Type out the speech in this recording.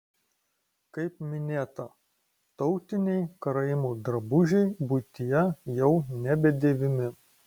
kaip minėta tautiniai karaimų drabužiai buityje jau nebedėvimi